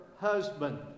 husband